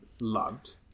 loved